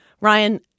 Ryan